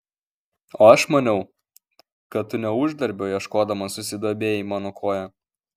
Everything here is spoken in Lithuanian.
o aš maniau kad tu ne uždarbio ieškodamas susidomėjai mano koja